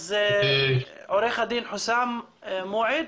עורך דין חוסאם מועד.